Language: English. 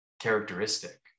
characteristic